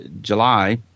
July